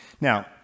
Now